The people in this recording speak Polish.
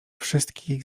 wszystkich